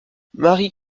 mary